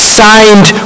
signed